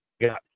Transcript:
got